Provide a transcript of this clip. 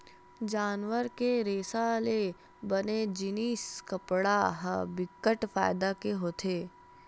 जानवर के रेसा ले बने जिनिस कपड़ा ह बिकट फायदा के होथे